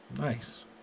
nice